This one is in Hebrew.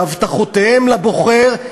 בהבטחותיהן לבוחר,